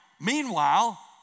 meanwhile